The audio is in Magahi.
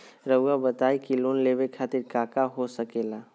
रउआ बताई की लोन लेवे खातिर काका हो सके ला?